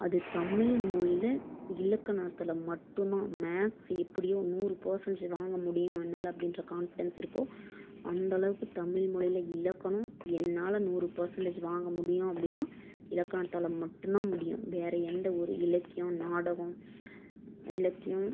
அது தமிழ் மொழியில் இலக்கணத்தில் மட்டும் தான் மேக்ஸ் எப்படியோ நூறு பர்சண்டேஜ் வாங்க முடியும் என்னால் அப்படின்ற கான்ஃபிடென்ஸ் இருக்கோ அந்தளவுக்கு தமிழ் மொழியில் இலக்கணம் என்னால் நூறு பர்சண்டேஜ் வாங்க முடியும் அப்படின்னா இலக்கணத்தால் மட்டும் தான் முடியும் வேறு எந்த ஒரு இலக்கியம் நாடகம் இலக்கியம்